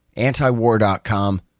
antiwar.com